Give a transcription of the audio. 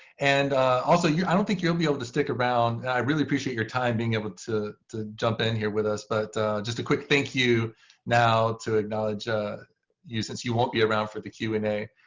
and also, i don't think you'll be able to stick around. i really appreciate your time being able to to jump in here with us. but just a quick thank you now to acknowledge you, since you won't be around for the q and a.